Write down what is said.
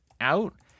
out